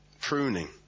pruning